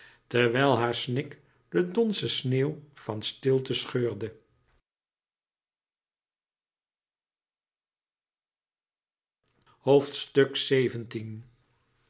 terwijl haar snik de donzen sneeuw van stilte scheurde